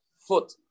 foot